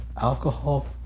alcohol